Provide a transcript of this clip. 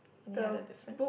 any other difference